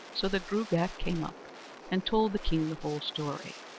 so the gruagach came up and told the king the whole story,